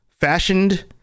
fashioned